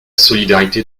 solidarité